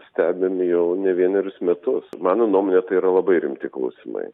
stebime jau ne vienerius metus mano nuomone tai yra labai rimti klausimai